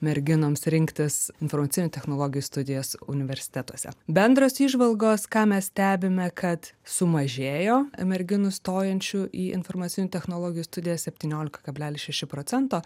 merginoms rinktis informacinių technologijų studijas universitetuose bendros įžvalgos ką mes stebime kad sumažėjo merginų stojančių į informacinių technologijų studijas septyniolika kablelis šeši procento